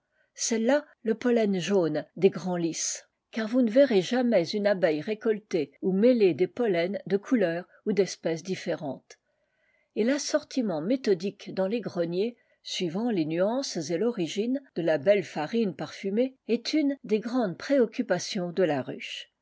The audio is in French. celles-là le pollen jaune des grands lys car vous ne verrez jamais une abeille récolter ou mêler des pollens de couleur ou d'espèce différentes et l'assortiment méthodique dans les greniers suivant les nuances et torigine de elle farine parfumée est une des grandes occupations de la ruche